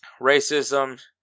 racism